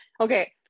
Okay